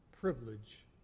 privilege